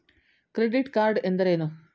Credit card ಎಂದರೇನು?